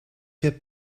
heb